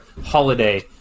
holiday